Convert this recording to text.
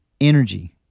energy